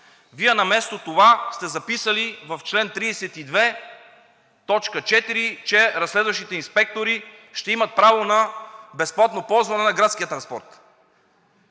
Вие вместо това сте записали в чл. 32, т. 4, че разследващите инспектори ще имат право на безплатно ползване на градския транспорт.